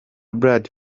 brad